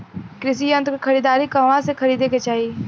कृषि यंत्र क खरीदारी कहवा से खरीदे के चाही?